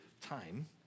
time